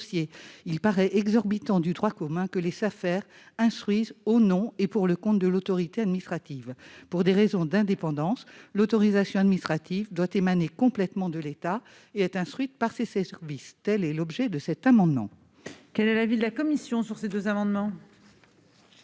Il paraît exorbitant du droit commun qu'elles instruisent « au nom et pour le compte de l'autorité administrative ». Pour des raisons d'indépendance, l'autorisation administrative doit émaner complètement de l'État et être instruite par ses services. Quel est l'avis de la commission